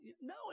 No